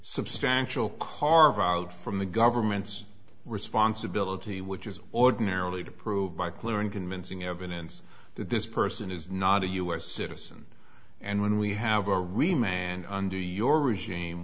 substantial carve out from the government's responsibility which is ordinarily to prove by clear and convincing evidence that this person is not a us citizen and when we have a rematch and under your regime